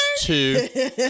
two